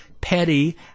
petty